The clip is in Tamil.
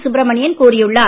சுப்ரமணியன் கூறியுள்ளார்